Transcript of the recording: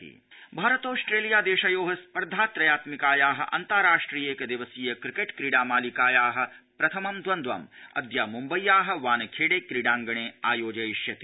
cricket भारतॉस्ट्रेलिया देशयो स्पर्धा त्रयात्मिकाया अन्ताराष्ट्रियैक दिवसीय क्रिकेट् क्रीडा मालिकाया प्रथमं द्वन्द्वम् अद्य म्म्बय्या वानखेड़े क्रीडाङ्गणे आयोजयिष्यते